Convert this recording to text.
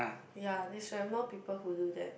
ya they should have more people to do that